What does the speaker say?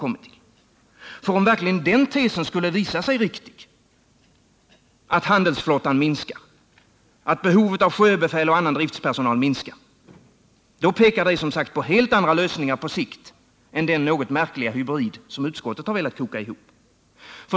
Om verkligen den tesen skulle visa sig riktig att handelsflottan minskar, att behovet av sjöbefäl och annan driftpersonal minskar — då pekar det alltså på helt andra lösningar på sikt än den något märkliga hybrid utskottet vill koka ihop.